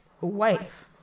wife